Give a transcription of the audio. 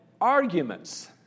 arguments